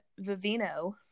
Vivino